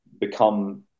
become